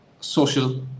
social